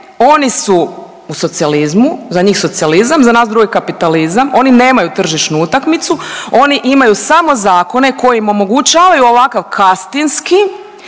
Oni su u socijalizmu, za njih socijalizam, za nas druge kapitalizam, oni nemaju tržišnu utakmicu, oni imaju samo zakone koji im omogućavaju ovakav kastinski,